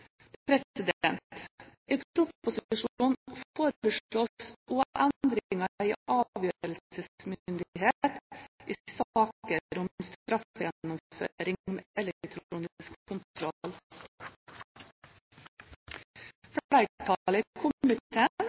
I proposisjonen foreslås også endringer i avgjørelsesmyndighet i saker om